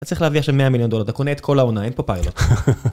אתה צריך להביא שם 100 מיליון דולר, אתה קונה את כל העונה, אין פה פיילוט